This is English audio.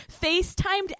FaceTimed